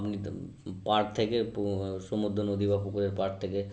আপনি তো পাড় থেকে সমুদ্র নদী বা পুকুরের পাড় থেকে